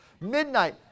Midnight